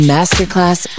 Masterclass